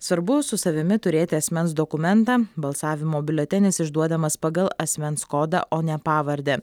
svarbu su savimi turėti asmens dokumentą balsavimo biuletenis išduodamas pagal asmens kodą o ne pavardę